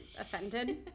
offended